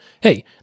Hey